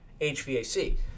HVAC